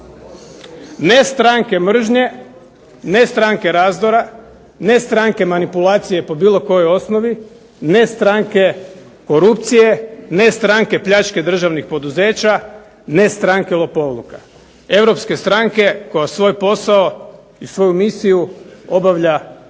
Ne stranke mržnje, ne stranke razdora, ne stranke manipulacije po bilo kojoj osnovi, ne stranke korupcije, ne stranke pljačke državnih poduzeća, ne stranke lopovluku. Europske stranke koje svoj posao i svoju misiju obavlja na